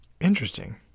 Interesting